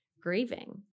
grieving